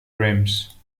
rims